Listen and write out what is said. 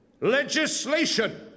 Legislation